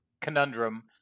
conundrum